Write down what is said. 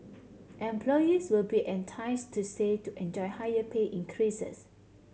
employees will be enticed to stay to enjoy higher pay increases